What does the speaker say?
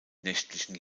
nächtlichen